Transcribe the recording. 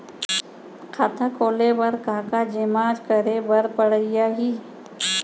खाता खोले बर का का जेमा करे बर पढ़इया ही?